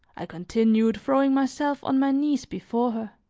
i continued, throwing myself on my knees before her,